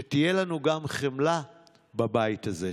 שתהיה לנו גם חמלה בבית הזה.